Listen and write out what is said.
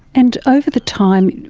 and over the time,